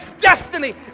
destiny